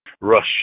Russia